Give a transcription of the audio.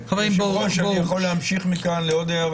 היושב-ראש, אני יכול להמשיך מכאן לעוד הערות?